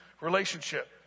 relationship